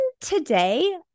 today